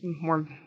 more